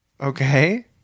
okay